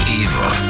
evil